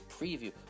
preview